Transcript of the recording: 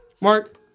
Mark